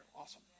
Awesome